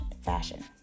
fashion